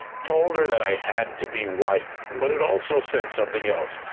told her that i had to be white, but it also said something else.